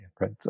right